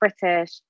British